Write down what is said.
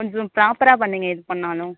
கொஞ்சம் ப்ராபராக பண்ணுங்க எது பண்ணிணாலும்